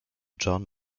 john